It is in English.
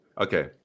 Okay